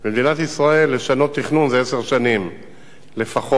במדינת ישראל לשנות תכנון זה עשר שנים לפחות.